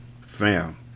Fam